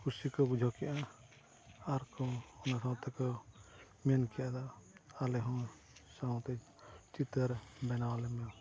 ᱠᱩᱥᱤ ᱠᱚ ᱵᱩᱡᱷᱟᱹᱣ ᱠᱮᱜᱼᱟ ᱟᱨᱠᱚ ᱚᱱᱟ ᱥᱟᱶ ᱛᱮᱠᱚ ᱢᱮᱱ ᱠᱮᱫᱟ ᱟᱞᱮ ᱦᱚᱸ ᱥᱟᱶᱛᱮ ᱪᱤᱛᱟᱹᱨ ᱵᱮᱱᱟᱣ ᱟᱞᱮᱢᱮ